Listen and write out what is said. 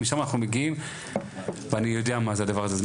משם אנחנו מגיעים ואני יודע מה זה הדבר הזה,